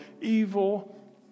evil